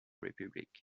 republic